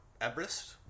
Everest